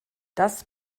das